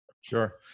Sure